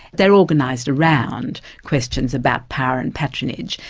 they're organised around questions about power and patronage,